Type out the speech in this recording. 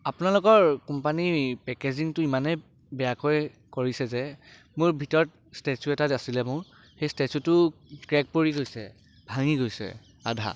আপোনালোকৰ কোম্পানিৰ পেকেজিংটো ইমানেই বেয়াকৈ কৰিছে যে মোৰ ভিতৰত ষ্টেছ্যু এটা আছিলে মোৰ সেই ষ্টেছ্যুটো ক্ৰেক পৰি গৈছে ভাঙি গৈছে আধা